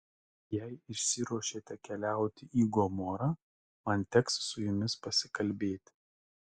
jei išsiruošėte keliauti į gomorą man teks su jumis pasikalbėti